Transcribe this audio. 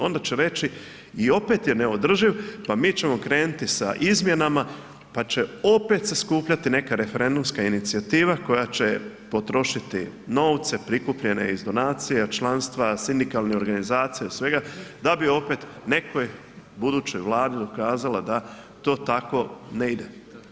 Onda će reći i opet je neodrživ, pa mi ćemo krenuti sa izmjenama, pa će opet se skupljati neka referendumska inicijativa koja će potrošiti novce prikupljene iz donacija, članstva, sindikalnih organizacija i svega da bi opet nekoj budućoj Vladi dokazala da to tako ne ide.